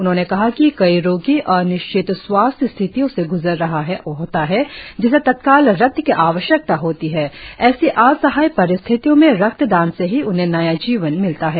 उन्होंने कहा कि कई रोगी अनिश्चित स्वास्थ्य स्थितियों से ग्जर रहा होता है जिसे तत्काल रक्त की आवश्यकता होती है एसी असहाय परिस्थितियों में रक्तदान से ही उन्हे नया जीवन मिलता है